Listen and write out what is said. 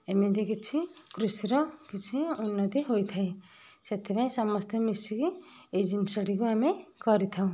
ଏମିତି କିଛି କୃଷିର କିଛି ଉନ୍ନତି ହୋଇଥାଏ ସେଥିପାଇଁ ସମସ୍ତେ ମିଶିକି ଏଇ ଜିନିଷଟିକୁ ଆମେ କରିଥାଉ